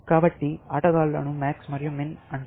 కాబట్టి ఆటగాళ్లను MAX మరియు MIN అంటారు